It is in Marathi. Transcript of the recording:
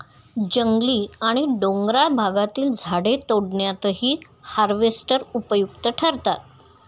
जंगली आणि डोंगराळ भागातील झाडे तोडण्यातही हार्वेस्टर उपयुक्त ठरतात